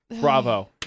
Bravo